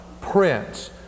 Prince